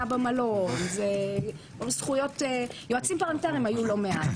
במלון ויועצים פרלמנטריים היו לא מעט,